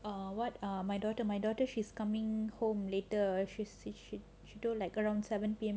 err what err my daughter my daughter she's coming home later she said she she told like around seven P_M she's you know err coming here so I'm going to cook pasta for her